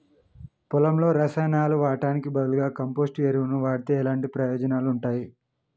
పొలంలో రసాయనాలు వాడటానికి బదులుగా కంపోస్ట్ ఎరువును వాడితే ఎలాంటి ప్రయోజనాలు ఉంటాయి?